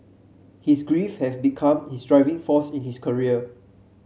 his grief have become his driving force in his career